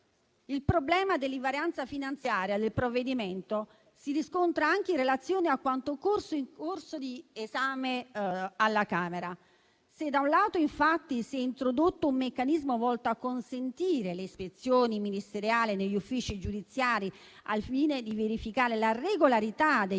Il problema dell'invarianza finanziaria del provvedimento si riscontra anche in relazione a quanto accaduto in corso di esame alla Camera: se da un lato, infatti, si è introdotto un meccanismo volto a consentire le ispezioni ministeriali negli uffici giudiziari al fine di verificare la regolarità degli